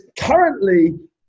currently